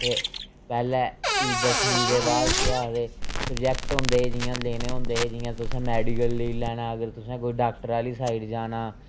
ते पैह्ले फ्ही दसमीं दे बाद केह् आखदे सब्जैक्ट होंदे जियां लैने होंदे हे जियां तुस मैडिकल लेई लैना अगर तुसें कोई डाक्टरै आह्ली साइड जाना